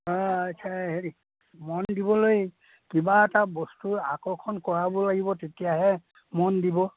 আচ্ছা হেৰি মন দিবলৈ কিবা এটা বস্তুৰ আকৰ্ষণ কৰাব লাগিব তেতিয়াহে মন দিব